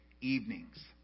evenings